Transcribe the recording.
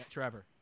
Trevor